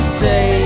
say